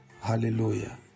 Hallelujah